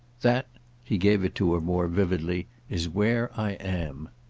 that he gave it to her more vividly is where i am.